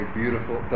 beautiful